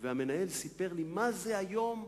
המנהל סיפר לי איך זה היום,